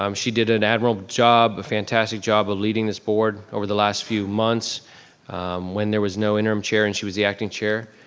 um she did an admiral job a fantastic job of leading this board over the last few months when there was no interim chair and she was the acting chair.